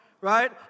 Right